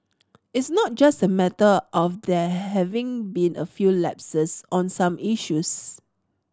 is not just a matter of there having been a few lapses on some issues